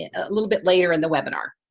a little bit later in the webinar.